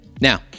Now